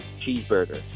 Cheeseburger